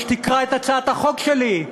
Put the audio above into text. שתקרא את הצעת החוק שלי.